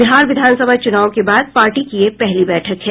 बिहार विधानसभा चुनाव के बाद पार्टी की यह पहली बैठक है